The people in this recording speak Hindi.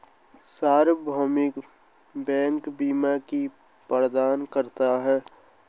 सार्वभौमिक बैंक बीमा भी प्रदान करता है